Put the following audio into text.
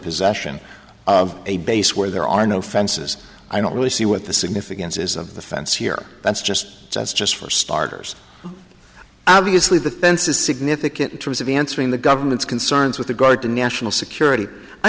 possession of a base where there are no fences i don't really see what the significance is of the fence here that's just that's just for starters obviously the fence is significant in terms of answering the government's concerns with regard to national security i